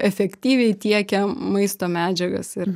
efektyviai tiekia maisto medžiagas ir